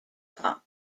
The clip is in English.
pop